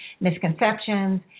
misconceptions